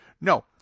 No